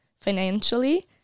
financially